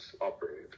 operated